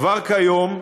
כבר כיום,